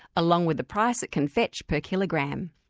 along with the price it can fetch per kilogram.